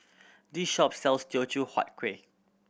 this shop sells Teochew Huat Kueh